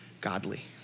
Godly